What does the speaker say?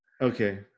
Okay